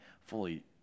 fully